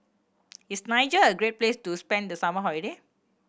is Niger a great place to spend the summer holiday